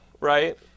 right